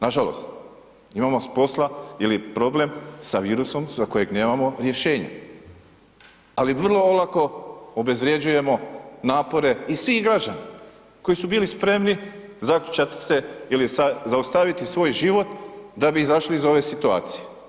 Nažalost, imamo posla ili je problem sa virusom za kojeg nemamo rješenja, ali vrlo olako obezvrjeđujemo napore i svih građana koji su bili spremni zaključati se ili zaustaviti svoj život da bi izašli iz ove situcije.